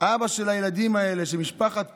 האבא של הילדים האלה, של משפחת פאלי,